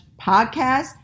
podcast